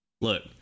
Look